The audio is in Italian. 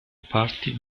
parti